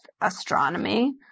astronomy